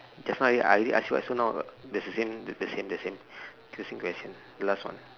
just now I already ask you so now there's the same the same the same question the last one